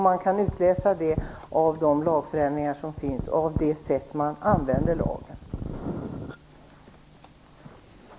Man kan utläsa det av de lagändringar som görs och det sätt på vilket lagen används.